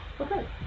Okay